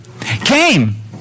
came